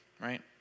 right